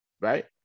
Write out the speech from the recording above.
right